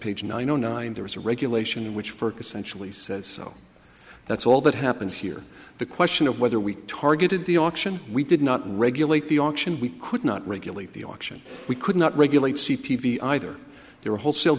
zero nine there is a regulation which for essentially says so that's all that happened here the question of whether we targeted the auction we did not regulate the auction we could not regulate the auction we could not regulate c p v either their wholesale